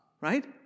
right